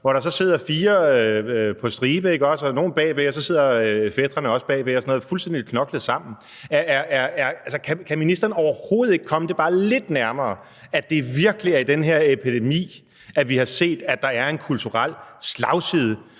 hvor der sidder fire på stribe og nogle bag ved, og så sidder fætrene også bag ved, fuldstændig knoklet sammen. Kan ministeren overhovedet ikke komme det bare lidt nærmere og erkende, at det virkelig er i den her epidemi, at vi har set, at der er en kulturel slagside